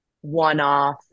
one-off